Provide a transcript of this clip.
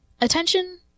attention